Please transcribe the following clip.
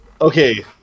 Okay